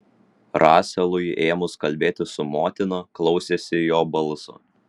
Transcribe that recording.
raselui ėmus kalbėti su motina klausėsi jo balso